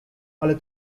ale